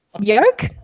yolk